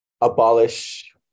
abolish